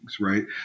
right